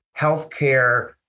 healthcare